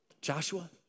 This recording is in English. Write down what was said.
Joshua